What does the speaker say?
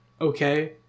okay